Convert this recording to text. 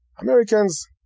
Americans